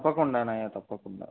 తప్పకుండానయ్య తప్పకుండా